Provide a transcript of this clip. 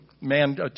man